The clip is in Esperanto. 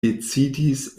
decidis